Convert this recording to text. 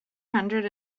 hundred